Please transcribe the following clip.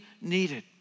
needed